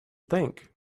think